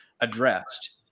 addressed